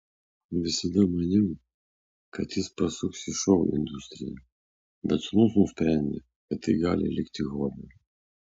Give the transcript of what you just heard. visada maniau kad jis pasuks į šou industriją bet sūnus nusprendė kad tai gali likti hobiu